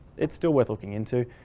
it's still worth looking into.